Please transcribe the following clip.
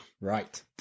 right